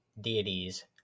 deities